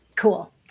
cool